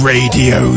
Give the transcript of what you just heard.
Radio